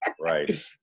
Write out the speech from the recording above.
Right